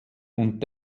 und